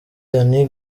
danny